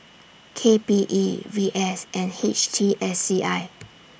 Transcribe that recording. K P E V S and H T S C I